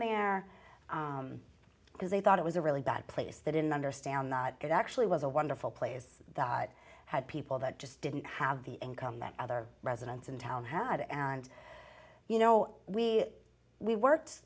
there because they thought it was a really bad place that in understand it actually was a wonderful place that had people that just didn't have the income that other residents in town had and you know we we worked